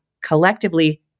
collectively